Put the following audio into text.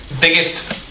biggest